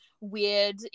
weird